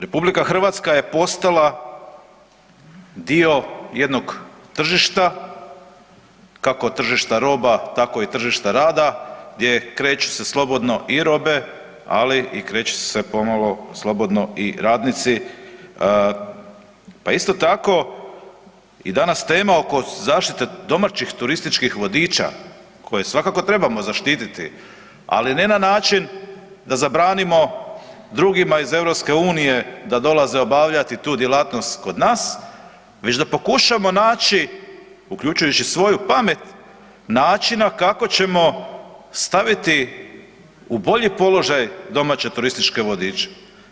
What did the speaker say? RH je postala dio jednog tržišta, kako tržišta roba, tako i tržišta rada gdje kreću se slobodno i robe ali i kreću se pomalo slobodno i radnici pa isto tako i danas tema oko zaštite domaćih turističkih vodiča koje svakako trebamo zaštititi, ali ne način da zabranimo drugim iz EU-a da dolaze obavljati tu djelatnost kod nas već da pokušamo naći uključujući svoju pamet, načina kako ćemo staviti u bolji položaj domaće turističke vodiče.